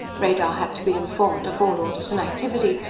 radar had to be informed of all orders and activity,